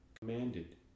commanded